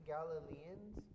Galileans